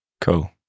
Cool